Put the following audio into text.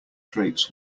drapes